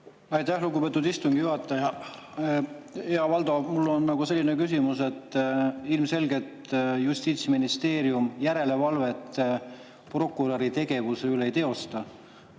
Aitäh, lugupeetud istungi juhataja! Hea Valdo! Mul on selline küsimus. Ilmselgelt Justiitsministeerium järelevalvet prokuröri tegevuse üle ei teosta.